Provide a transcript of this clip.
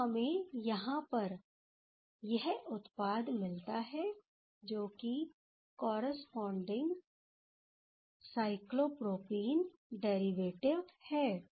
तो हमें यहां पर यह उत्पाद मिलता है जोकि कॉरस्पॉडिंग साइक्लोप्रोपीन डेरिवेटिव है